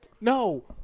No